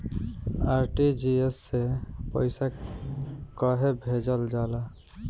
RTGS से पइसा कहे भेजल जाला?